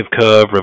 curve